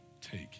Take